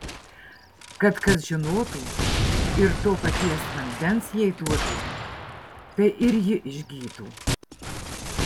kad kas žinotų ir to paties vandens jai duotų tai ir ji išgytų